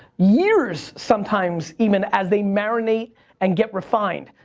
years, sometimes, even, as they marinate and get refined.